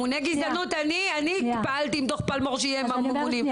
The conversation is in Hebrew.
אני פעלתי עם דו"ח פלמור על הממונים,